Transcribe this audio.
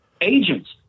Agents